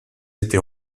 été